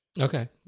Okay